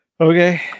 okay